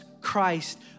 Christ